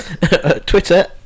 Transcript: Twitter